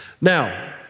Now